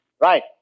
Right